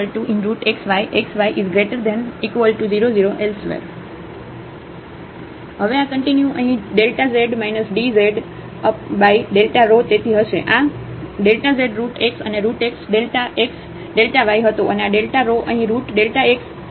હવે આ કંટીન્યુ અહીં Δ ઝેડ ડી ઝેડ Δ rho તેથી હશે આ Δ ઝેડ રુટ x અને રુટxΔ x Δ y હતો અને આ ડેટા rho અહીં રુટ Δ x ² Δ y ² હતો